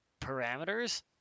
parameters